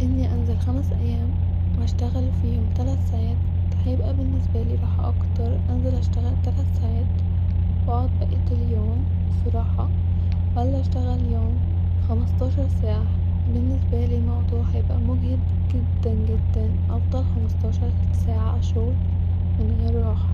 اني انزل خمس ايام واشتغل فيهم تلات ساعات-هيبقي بالنسبالي راحه اكتر اني انزل اشتغل تلات ساعات-واثعد بقيت اليوم في راحه-ولا اشتغل يوم خمستاشر ساعه-بالنسبالي الموضوع هيكون مجهد جدا جدا-افضل خمستاشر ساعه شغل من غير راحه